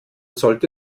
sollte